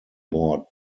board